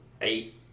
eight